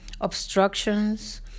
obstructions